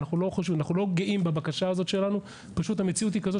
אנחנו לא גאים בבקשה הזאת שלנו אבל המציאות היא כזאת